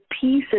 pieces